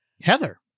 heather